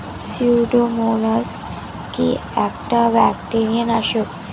Pseudomonas কি একটা bacteria নাশক?